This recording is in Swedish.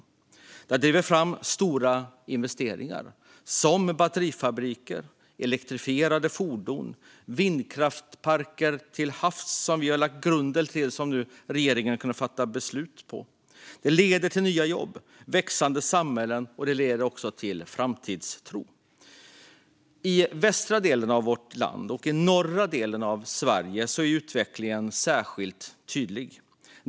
Detta har drivit fram stora investeringar i batterifabriker, elektrifierade fordon och vindkraftsparker till havs, som vi har lagt grunden till och som regeringen nu har kunnat besluta om. Det leder till nya jobb, växande samhällen och framtidstro. I den västra och i den norra delen av Sverige är utvecklingen särskilt tydlig.